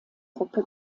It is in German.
gruppe